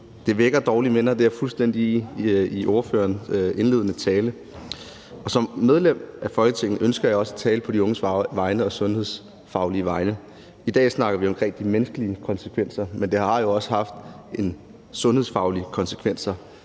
tale, og det er jeg fuldstændig enig med ordføreren i. Som medlem af Folketinget ønsker jeg også at tale om det sundhedsfaglige på de unges vegne. I dag snakker vi om de menneskelige konsekvenser, men det har jo også haft sundhedsfaglige konsekvenser,